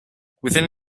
within